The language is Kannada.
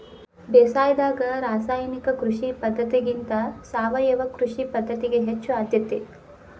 ಬೇಸಾಯದಾಗ ರಾಸಾಯನಿಕ ಕೃಷಿ ಪದ್ಧತಿಗಿಂತ ಸಾವಯವ ಕೃಷಿ ಪದ್ಧತಿಗೆ ಹೆಚ್ಚು ಆದ್ಯತೆ